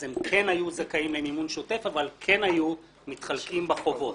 אז הם כן היו זכאים למימון שוטף אבל כן היו מתחלקים בחובות.